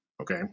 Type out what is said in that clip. okay